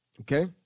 okay